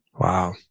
Wow